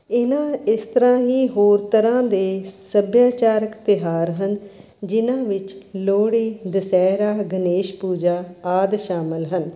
ਇਹਨਾ ਇਸ ਤਰ੍ਹਾਂ ਹੀ ਹੋਰ ਤਰ੍ਹਾਂ ਦੇ ਸੱਭਿਆਚਾਰਕ ਤਿਉਹਾਰ ਹਨ ਜਿਨ੍ਹਾਂ ਵਿੱਚ ਲੋਹੜੀ ਦੁਸ਼ਹਿਰਾ ਗਣੇਸ਼ ਪੂਜਾ ਆਦਿ ਸ਼ਾਮਿਲ ਹਨ